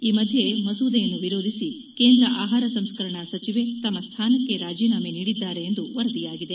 ಈ ಮಧ್ಯ ಮಸೂದೆಯನ್ನು ವಿರೋಧಿಸಿ ಕೇಂದ್ರ ಆಹಾರ ಸಂಸ್ಕರಣಾ ಸಚಿವೆ ತಮ್ಮ ಸ್ಥಾನಕ್ಷೆ ರಾಜೀನಾಮೆ ನೀಡಿದ್ದಾರೆ ಎಂದು ವರದಿಯಾಗಿದೆ